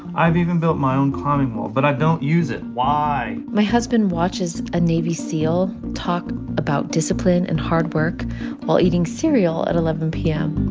i've even built my own climbing wall, but i don't use it. why? my husband watches a navy seal talk about discipline and hard work while eating cereal at eleven p m